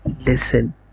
listen